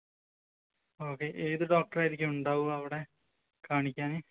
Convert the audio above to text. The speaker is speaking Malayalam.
ഓക്കെ ഏത് ഡോക്ടറായിരിക്കും ഉണ്ടാവുക അവിടെ കാണിക്കാന്